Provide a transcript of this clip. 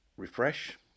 refresh